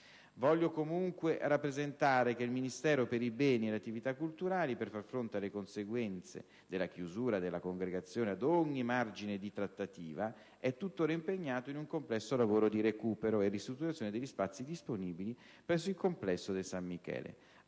Voglio comunque rappresentare che il Ministero per i beni e le attività culturali, per far fronte alle conseguenze della chiusura della Congregazione ad ogni margine di trattativa, è tuttora impegnato in un complesso lavoro di recupero e ristrutturazione degli spazi disponibili presso il Complesso del San Michele.